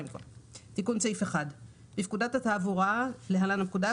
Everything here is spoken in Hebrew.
תיקון סעיף 1. בפקודת התעבורה (להלן הפקודה),